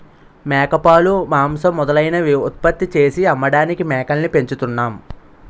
మేకపాలు, మాంసం మొదలైనవి ఉత్పత్తి చేసి అమ్మడానికి మేకల్ని పెంచుతున్నాం